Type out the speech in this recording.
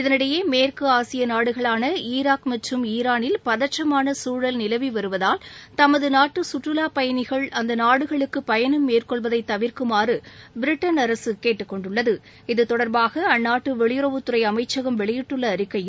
இதனிடையே மேற்கு ஆசிய நாடுகளான ஈராக் மற்றும் ஈரானில் பதற்றமாள சூழல் நிலவி வருவதால் தமது நாட்டு கற்றலா பயணிகள் அந்த நாடுகளுக்கு பயணம் மேற்கொள்வதை தவிர்க்குமாறு பிரிட்டன் அரசு கேட்டுக் கொண்டுள்ளது இது தொடர்பாக அந்நாட்டு வெளியுறவுத்துறை அமைச்சகம் வெளியிட்டுள்ள அறிக்கையில்